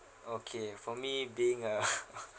okay for me being a